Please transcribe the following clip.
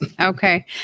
Okay